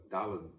Dollar